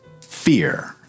fear